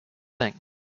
things